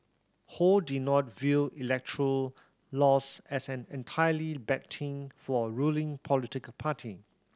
ho did not view electoral loss as an entirely bad thing for a ruling political party